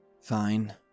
Fine